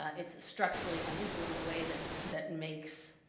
it's structurally unequal in a way that that makes